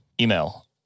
email